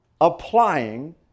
applying